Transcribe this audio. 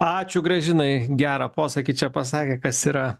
ačiū gražinai gerą posakį čia pasakė kas yra